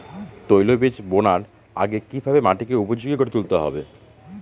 তৈলবীজ বোনার আগে কিভাবে মাটিকে উপযোগী করে তুলতে হবে?